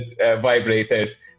vibrators